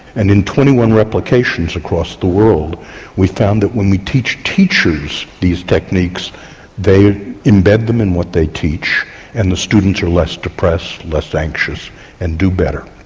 and, in twenty one replications across the world we found that when we teach teachers these techniques they embed them in what they teach and the students are less depressed, less anxious and do better.